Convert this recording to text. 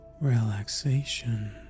relaxation